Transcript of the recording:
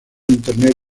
internet